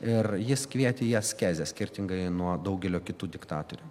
ir jis kvietė į askezę skirtingai nuo daugelio kitų diktatorių